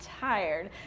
tired